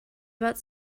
about